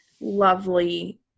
lovely